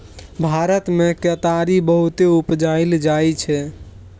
भारत मे केतारी बहुते उपजाएल जाइ छै